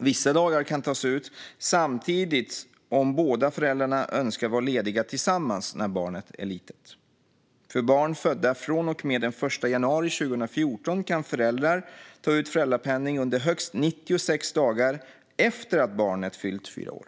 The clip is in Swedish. Vissa dagar kan tas ut samtidigt om föräldrarna önskar vara lediga tillsammans när barnet är litet. För barn födda från och med den 1 januari 2014 kan föräldrar ta ut föräldrapenning under högst 96 dagar efter att barnet fyllt fyra år.